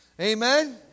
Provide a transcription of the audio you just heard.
Amen